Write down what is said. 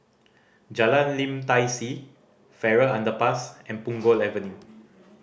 Jalan Lim Tai See Farrer Underpass and Punggol Avenue